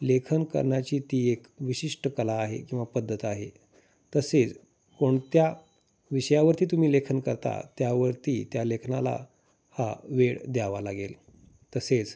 लेखन करण्याची ती एक विशिष्ट कला आहे किंवा पद्धत आहे तसेच कोणत्या विषयावरती तुम्ही लेखन करता त्यावरती त्या लेखनाला हा वेळ द्यावा लागेल तसेच